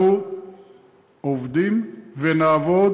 אנחנו עובדים ונעבוד